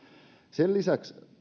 sen lisäksi